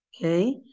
Okay